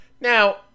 Now